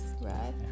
right